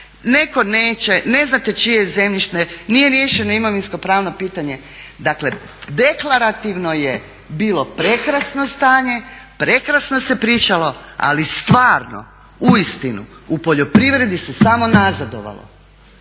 Netko neće, ne znate čije je zemljište, nije riješeno imovinsko-pravno pitanje. Dakle, deklarativno je bilo prekrasno stanje, prekrasno se pričalo, ali stvarno uistinu u poljoprivredi se samo nazadovalo.